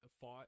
fought